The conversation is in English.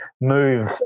move